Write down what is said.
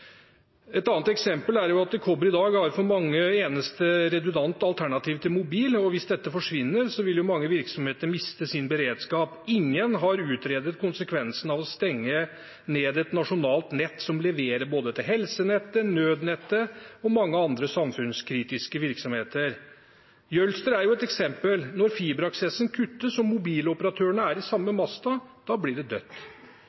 Et annet eksempel er at kobber i dag for mange er eneste redundante alternativ til mobil, og hvis dette forsvinner, vil mange virksomheter miste sin beredskap. Ingen har utredet konsekvensen av å stenge ned et nasjonalt nett som leverer både til helsenettet, nødnettet og mange andre samfunnskritiske virksomheter. Jølster er et eksempel. Når fiberaksessen kuttes og mobiloperatørene er i